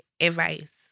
advice